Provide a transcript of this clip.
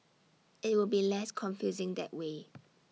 IT will be less confusing that way